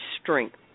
strength